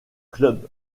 club